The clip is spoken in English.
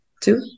two